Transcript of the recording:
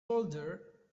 older